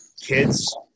kids